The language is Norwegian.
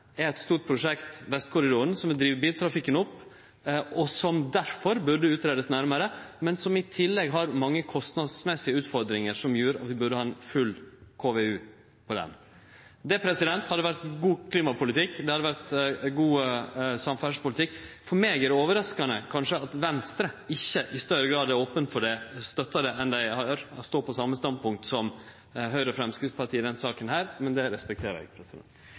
er eit stort prosjekt, Vestkorridoren, som vil drive biltrafikken opp, og som difor burde utgreiast nærmare, men som i tillegg har mange kostnadsmessige utfordringar, som gjer at ein burde ha ei full KVU. Det hadde vore god klimapolitikk, det hadde vore god samferdslepolitikk. For meg er det overraskande, kanskje, at Venstre ikkje i større grad er open for det og støttar det enn det dei gjer – dei står på det same standpunktet som Høgre og Framstegspartiet i denne saka